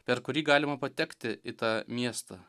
per kurį galima patekti į tą miestą